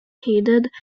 headed